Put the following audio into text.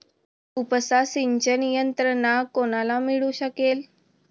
उपसा सिंचन यंत्रणा कोणाला मिळू शकेल?